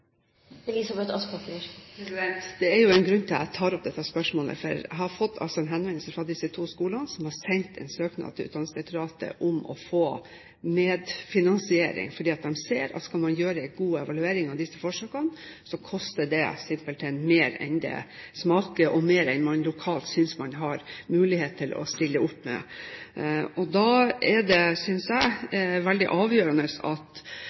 Det er jo en grunn til at jeg tar opp dette spørsmålet, for jeg har altså fått en henvendelse fra disse to skolene, som har sendt en søknad til Utdanningsdirektoratet om å få medfinansiering, fordi de ser at skal man gjøre en god evaluering av disse forsøkene, koster det simpelthen mer enn det smaker, og mer enn det man lokalt synes man har mulighet til å stille opp med. Da synes jeg det er veldig avgjørende at